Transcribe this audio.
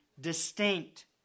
distinct